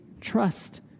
trust